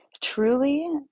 truly